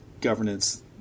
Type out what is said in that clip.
governance